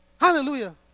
Hallelujah